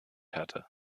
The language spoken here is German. hatte